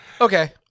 Okay